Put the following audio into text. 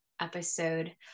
episode